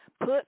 put